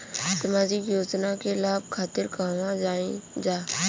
सामाजिक योजना के लाभ खातिर कहवा जाई जा?